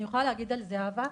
אני יכולה להגיד על זהבה,